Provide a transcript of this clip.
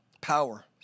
Power